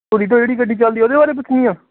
ਧੂਰੀ ਤੋਂ ਜਿਹੜੀ ਗੱਡੀ ਚੱਲਦੀ ਉਹਦੇ ਬਾਰੇ ਪੁੱਛਣੀ ਆ